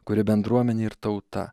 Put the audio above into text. kuri bendruomenė ir tauta